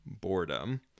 boredom